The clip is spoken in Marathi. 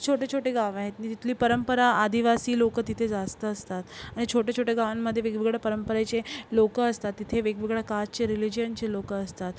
छोटेछोटे गाव आहेत आणि तिथली परंपरा आदिवासी लोक तिथे जास्त असतात आणि छोटे छोटे गावांमध्ये वेगवेगळया परंपरेचे लोक असतात तिथे वेगवेगळ्या कास्टचे रिलिजनचे लोक असतात